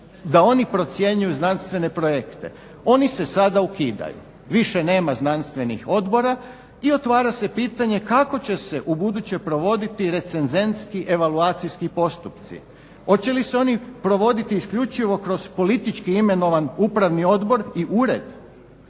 da oni procjenjuju znanstvene projekte, oni se sada ukidaju. Više nema znanstvenih odbora i otvara se pitanje kako će se ubuduće provoditi recenzentski evaluacijski postupci? Hoće li se oni provoditi isključivo kroz politički imenovan upravni odbor i ured?